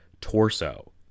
Torso